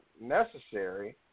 necessary